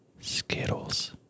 skittles